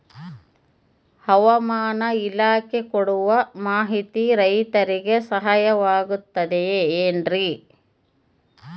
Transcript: ಹವಮಾನ ಇಲಾಖೆ ಕೊಡುವ ಮಾಹಿತಿ ರೈತರಿಗೆ ಸಹಾಯವಾಗುತ್ತದೆ ಏನ್ರಿ?